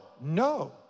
no